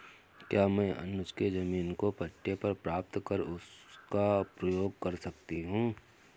क्या मैं अनुज के जमीन को पट्टे पर प्राप्त कर उसका प्रयोग कर सकती हूं?